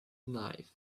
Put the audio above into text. knife